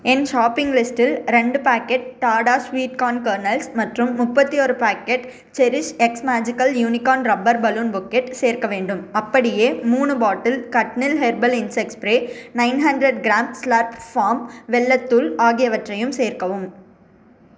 என் shopping லிஸ்ட்டில் ரெண்டு packet Tata sweet corn kernels மற்றும் முப்பத்தி ஒரு packet cherish X magical unicorn rubber balloon pocket சேர்க்க வேண்டும் அப்படியே மூணு பாட்டில் கட்னில் herbal insects spray nine hundred gram slurp farm வெல்லத் தூள் ஆகியவற்றையும் சேர்க்கவும்